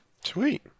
Sweet